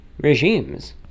regimes